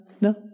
No